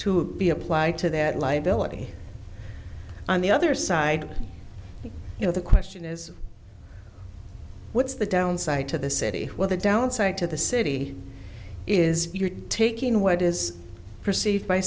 to be applied to that liability on the other side you know the question is what's the downside to the city where the downside to the city is you're taking what is perceived by